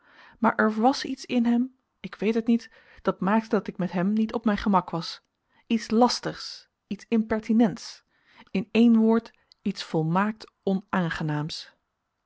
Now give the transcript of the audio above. maar er was iets in hem ik weet het niet dat maakte dat ik met hem niet op mijn gemak was iets lastigs iets impertinents in één woord iets volmaakt onaangenaams